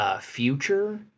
future